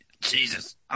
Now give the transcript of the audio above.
Jesus